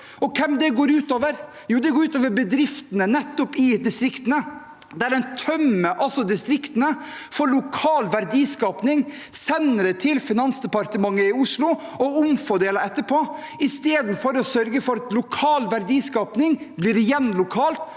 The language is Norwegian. Hvem går det ut over? Jo, det går utover bedriftene i nettopp distriktene. En tømmer distriktene for lokal verdiskaping, sender det til Finansdepartementet i Oslo og omfordeler etterpå, istedenfor å sørge for at lokal verdiskaping blir igjen lokalt